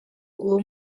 uwo